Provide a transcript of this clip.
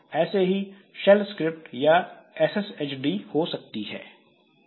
ऐसे ही shell script या एसएसएचडी हो सकती है